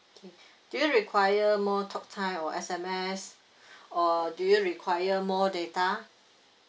do you require more talk time or sms or do you require more data